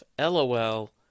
LOL